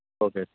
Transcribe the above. okay